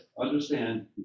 understand